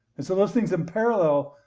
and so those things in parallel,